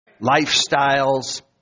Lifestyles